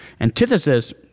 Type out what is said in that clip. Antithesis